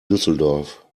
düsseldorf